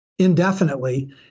Indefinitely